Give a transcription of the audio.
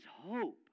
hope